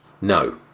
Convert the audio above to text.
No